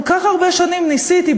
כל כך הרבה שנים ניסיתי,